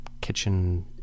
kitchen